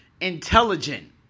intelligent